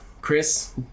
Chris